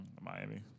Miami